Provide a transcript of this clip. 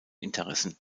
interessen